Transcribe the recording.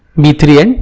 b three, and